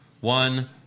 One